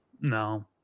No